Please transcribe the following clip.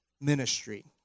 ministry